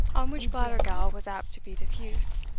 on which blattergowl was apt to be diffuse,